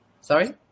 sorry